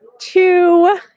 two